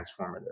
transformative